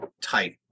tight